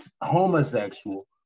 homosexual